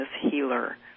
healer